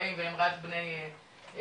40 והם רק בני 10,